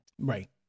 Right